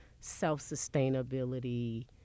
self-sustainability